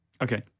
Okay